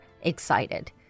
excited